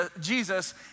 Jesus